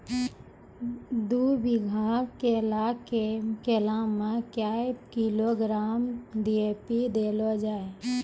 दू बीघा केला मैं क्या किलोग्राम डी.ए.पी देले जाय?